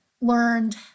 learned